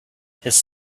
his